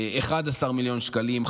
11 מיליון שקלים,